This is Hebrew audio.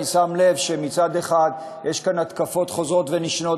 אני שם לב שמצד אחד יש כאן התקפות חוזרות ונשנות